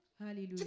Hallelujah